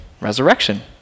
resurrection